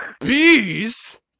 Bees